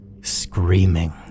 screaming